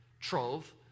trove